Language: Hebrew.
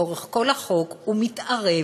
לאורך כל החוק הוא מתערב